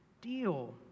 deal